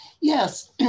Yes